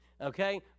Okay